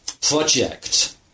project